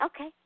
Okay